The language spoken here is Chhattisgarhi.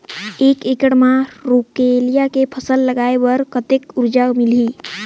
एक एकड़ मा रमकेलिया के फसल लगाय बार कतेक कर्जा मिलही?